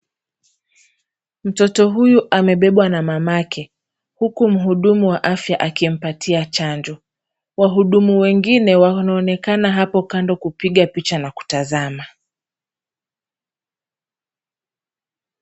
Mtoto huyu amebebwa na mama yake huku mhudumu wa afya akimpatia chanjo. Wahudumu wengine wanaonekana hapo kando kupiga picha na kutazama.